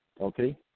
okay